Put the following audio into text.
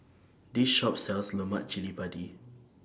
This Shop sells Lemak Cili Padi